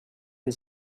and